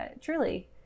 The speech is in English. truly